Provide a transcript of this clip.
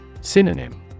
Synonym